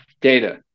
data